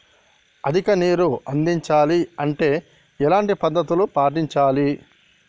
అధిక నీరు అందించాలి అంటే ఎలాంటి పద్ధతులు పాటించాలి?